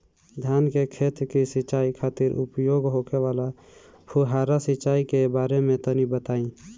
धान के खेत की सिंचाई खातिर उपयोग होखे वाला फुहारा सिंचाई के बारे में तनि बताई?